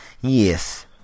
Yes